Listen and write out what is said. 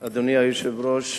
אדוני היושב-ראש,